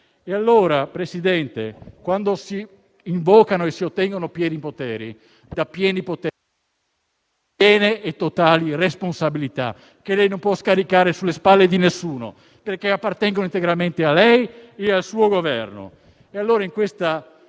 Signor Presidente, quando si invocano e si ottengono pieni poteri, ne derivano piene e totali responsabilità, che lei non può scaricare sulle spalle di nessuno, perché appartengono integralmente a lei e al suo Governo. Allora, in questa